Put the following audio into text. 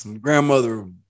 grandmother